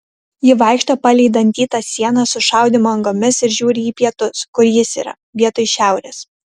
ji vaikšto palei dantytą sieną su šaudymo angomis ir žiūri į pietus kur jis yra vietoj šiaurės